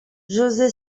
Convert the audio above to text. jose